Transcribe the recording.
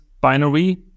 binary